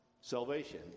salvation